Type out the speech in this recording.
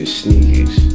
sneakers